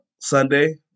Sunday